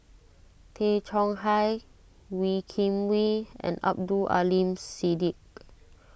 Tay Chong Hai Wee Kim Wee and Abdul Aleem Siddique